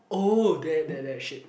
oh there that that shade